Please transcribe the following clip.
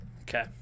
okay